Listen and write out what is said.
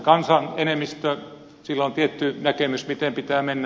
kansan enemmistöllä on tietty näkemys miten pitää mennä